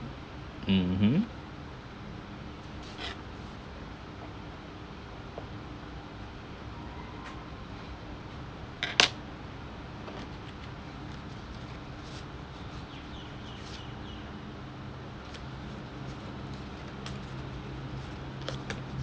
mmhmm